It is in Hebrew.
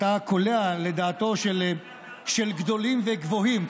אתה קולע לדעתם של גדולים וגבוהים,